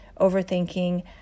overthinking